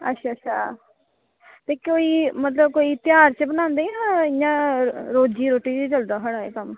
अच्छा अच्छा ते कोई मतलब ध्यार च बनांदे जां इंया रोजी रोटी च चलदा एह् थुआड़े कम्म